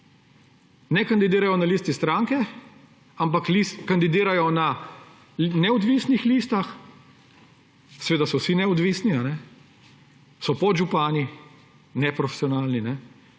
Ne kandidirajo na listi stranke, ampak kandidirajo na neodvisnih listah, seveda so vsi neodvisni, so neprofesionalni